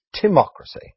Timocracy